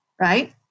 right